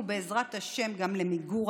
ובעזרת השם גם למיגור,